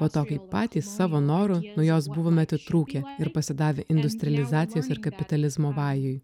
po to kai patys savo noru nuo jos buvome atitrūkę ir pasidavę industrializacijos ir kapitalizmo vajui